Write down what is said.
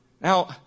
Now